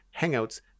hangouts